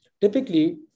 typically